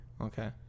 Okay